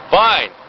fine